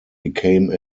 became